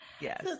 Yes